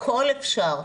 הכול אפשר,